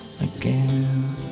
again